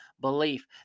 belief